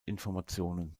informationen